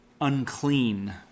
unclean